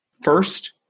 First